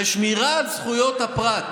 ושמירה על זכויות הפרט,